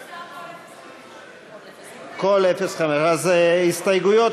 מוסר כל 05. מוסר כל 05. אז ההסתייגויות